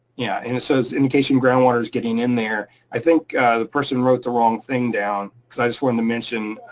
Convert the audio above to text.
yeah, and it says, indication groundwater is getting in there. i think the person wrote the wrong thing down cause i just wanted to mention